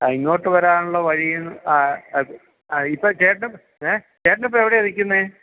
ആ ഇങ്ങോട്ട് വരാനുള്ള വഴിയന്ന് ആ ആ ഇപ്പോള് ചേട്ടന് ഏ ചേട്ടനിപ്പോള് എവിടെയാണു നില്ക്കുന്നത്